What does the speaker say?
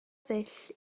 ddull